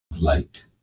light